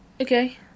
Okay